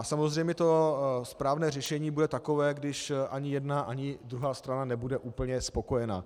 Samozřejmě to správné řešení bude takové, když ani jedna ani druhá strana nebude úplně spokojená.